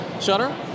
shutter